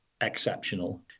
exceptional